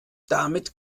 damit